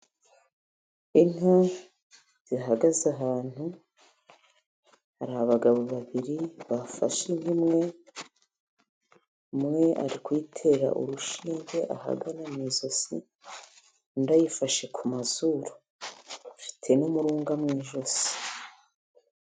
Inka zihagaze ahantu, hari abagabo babiri bafashe inka imwe, umwe ari kuyitera urushinge ahagana mu ijosi, undi ayifashe ku mazuru. Ifite n'umurunga mu ijosi.